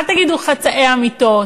אל תגידו חצאי אמיתות.